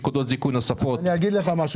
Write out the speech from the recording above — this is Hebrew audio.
תנועות אינפלציוניות שלא קשורות למה שאנחנו עושים,